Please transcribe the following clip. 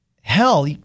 hell